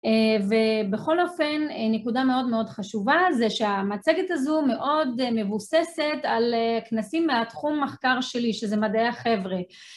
ובכל אופן נקודה מאוד מאוד חשובה זה שהמצגת הזו מאוד מבוססת על כנסים מהתחום המחקר שלי שזה מדעי החבר'ה